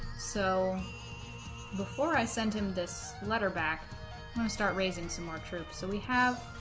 so before i send him this letter back i'm gonna start raising some more troops so we have